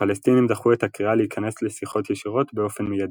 הפלסטינים דחו את הקריאה להיכנס לשיחות ישירות באופן מיידי.